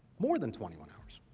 more than twenty one hours.